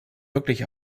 wirklich